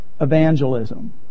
Evangelism